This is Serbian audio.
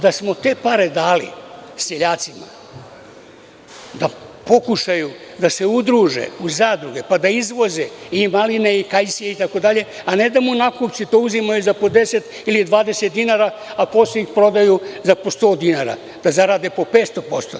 Da smo te pare dali seljacima, da pokušaju da se udruže u zadruge, pa da izvoze i maline i kajsije, a ne da mu nakupci to uzimaju za 10 ili 20 dinara, a posle prodaje za 100 dinara i zarade po 500%